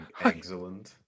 Excellent